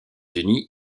unis